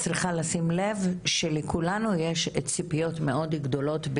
את צריכה לשים לב שלכולנו יש ציפיות מאוד גדולות,